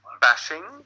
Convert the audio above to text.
bashing